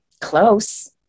Close